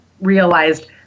realized